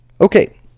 Okay